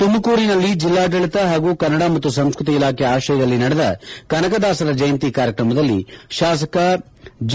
ತುಮಕೂರಿನಲ್ಲಿ ಜಿಲ್ಲಾದಳಿತ ಹಾಗೂ ಕನ್ನದ ಮತ್ತು ಸಂಸ್ಕೃತಿ ಇಲಾಖೆ ಆಶ್ರಯದಲ್ಲಿ ನಡೆದ ಕನಕದಾಸರ ಜಯಂತಿ ಕಾರ್ಯಕ್ರಮದಲ್ಲಿ ಶಾಸಕ ಜಿ